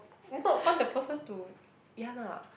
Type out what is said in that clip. not want the person to ya lah